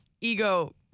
ego